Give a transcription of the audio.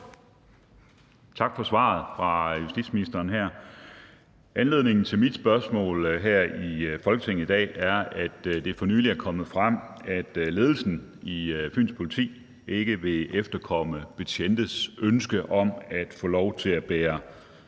Tak for svaret fra justitsministeren. Anledningen til mit spørgsmål her i Folketinget i dag er, at det for nylig er kommet frem, at ledelsen i Fyns Politi ikke vil efterkomme betjentes ønske om at få lov til at bære